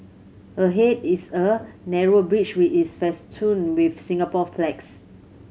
ahead is a narrow bridge which is festooned with Singapore flags